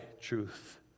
truth